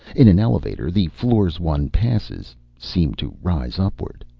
in an elevator, the floors one passes seem to rise upward.